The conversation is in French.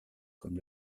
comme